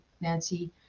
Nancy